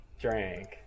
drank